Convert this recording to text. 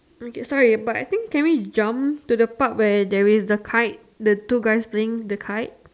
okay sorry but I think can we jump to the part where there is a kite the two guys sing the kite